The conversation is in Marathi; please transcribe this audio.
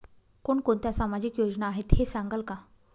कोणकोणत्या सामाजिक योजना आहेत हे सांगाल का?